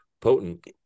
potent